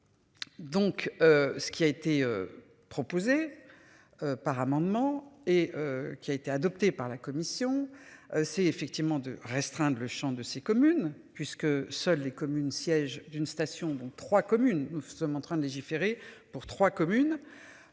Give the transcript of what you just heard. Donc ce qui a été. Proposé. Par amendement et qui a été adopté par la commission c'est effectivement de restreindre le Champ de ces communes, puisque seules les communes sièges une station dont 3 communes. Nous sommes en train de légiférer pour trois communes.